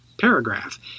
paragraph